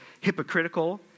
hypocritical